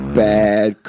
bad